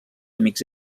amics